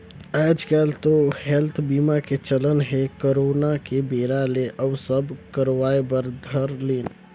आएज काएल तो हेल्थ बीमा के चलन हे करोना के बेरा ले अउ सब करवाय बर धर लिन